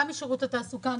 גם משירות התעסוקה,